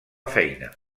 feina